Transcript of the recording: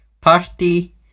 Party